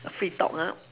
free talk ah